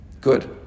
Good